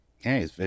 Hey